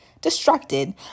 distracted